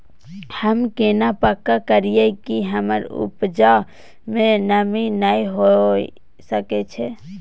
हम केना पक्का करियै कि हमर उपजा में नमी नय होय सके छै?